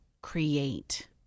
create